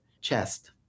chest